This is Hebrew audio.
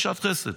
יש שעת חסד